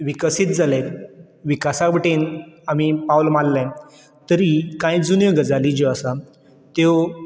विकसीत जाले विकासा वटेन आमी पावल मारलें तरी कांय जुन्यो गजाली ज्यो आसा त्यो